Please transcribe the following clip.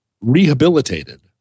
rehabilitated